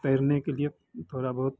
तैरने के लिए थोड़ा बहुत